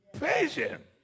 patient